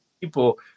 people